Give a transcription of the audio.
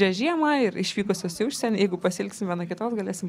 žiemą ir išvykusios į užsienį jeigu pasiilgsim viena kitos galėsim